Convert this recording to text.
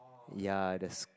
ya that's